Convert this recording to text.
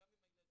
גם עם הילדים,